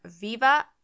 viva